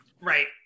Right